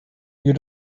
you